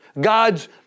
God's